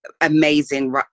amazing